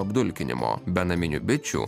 apdulkinimo be naminių bičių